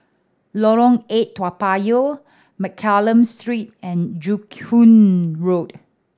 Lorong Eight Toa Payoh Mccallum Street and Joo Koon Road